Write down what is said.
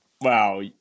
Wow